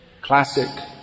classic